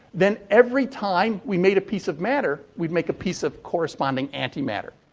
then every time we made a piece of matter, we'd make a piece of corresponding anti-matter.